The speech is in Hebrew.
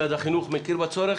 משרד החינוך מכיר בצורך.